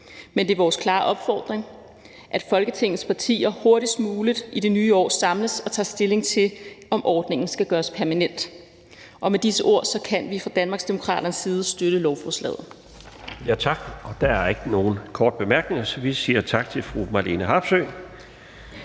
men det er vores klare opfordring, at Folketingets partier hurtigst muligt i det nye år samles og tager stilling til, om ordningen skal gøres permanent. Med disse ord kan vi fra Danmarksdemokraternes side støtte lovforslaget.